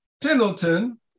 Pendleton